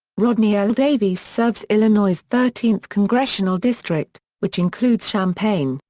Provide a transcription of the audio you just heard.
rodney l. davis serves illinois's thirteenth congressional district, which includes champaign,